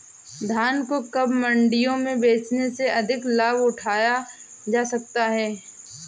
धान को कब मंडियों में बेचने से अधिक लाभ उठाया जा सकता है?